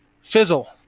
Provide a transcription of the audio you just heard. Fizzle